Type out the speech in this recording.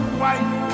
white